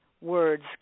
words